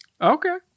okay